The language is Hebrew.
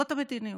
זאת המדיניות.